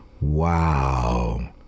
wow